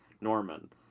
Norman